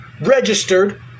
registered